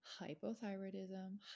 Hypothyroidism